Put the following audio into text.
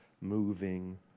moving